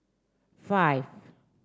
five